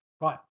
Right